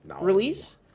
release